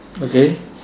okay